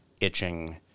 itching